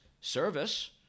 service